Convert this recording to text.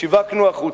שיווקנו החוצה,